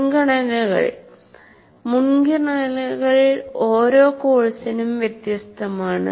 മുൻഗണനകൾ മുൻഗണനകൾ ഓരോ കോഴ്സിനും വ്യത്യസ്തമാണ്